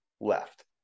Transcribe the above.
left